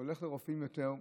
אתה הולך לרופאים יותר,